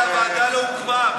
אבל הוועדה לא הוקמה,